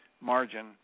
margin